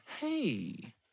Hey